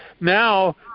now